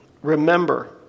Remember